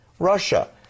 Russia